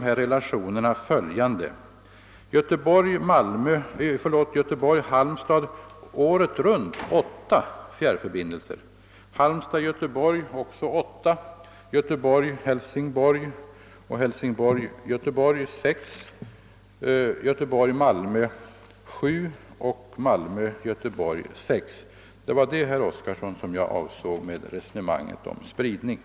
Hälsingborg—Göteborg hade fyra förbindelser under både vintern och sommaren. Göteborg—Malmö hade fyra förbindelser Det var det jag avsåg med resonemanget om spridningen.